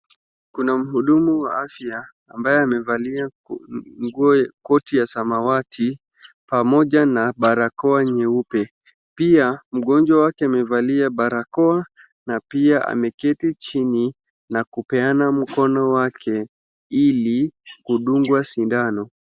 Kuna mhudumu wa afya ambaye amevalia koti ya samawati pamoja na barakoa nyeupe. Pia mgonjwa wake amevalia barakoa na pia ameketi chini na kupeana mkono wake ili kudungwa sindano.